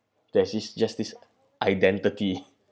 there's this just this identity